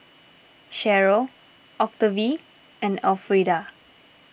Sharyl Octavie and Alfreda